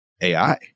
AI